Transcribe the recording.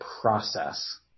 process